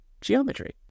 geometry